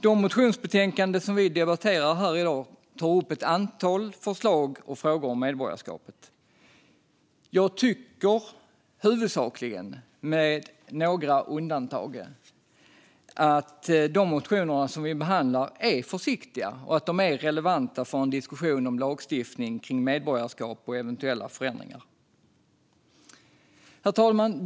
Det motionsbetänkande som vi debatterar i dag tar upp ett antal förslag och frågor om medborgarskapet. Jag tycker huvudsakligen, med några undantag, att de motioner vi behandlar är försiktiga och relevanta för en diskussion om eventuella förändringar i lagstiftningen om medborgarskap. Herr talman!